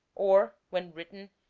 or, when written,